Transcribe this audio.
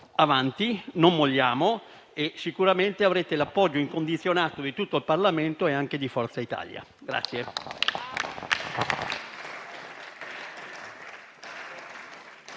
avanti, non molliamo e sicuramente avrete l'appoggio incondizionato di tutto il Parlamento e anche di Forza Italia.